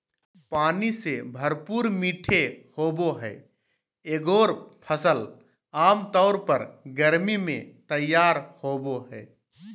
पानी से भरपूर मीठे होबो हइ एगोर फ़सल आमतौर पर गर्मी में तैयार होबो हइ